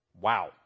Wow